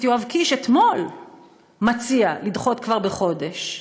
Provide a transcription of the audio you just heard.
יואב קיש אתמול מציע לדחות כבר בחודש.